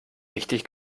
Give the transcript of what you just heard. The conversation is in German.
richtig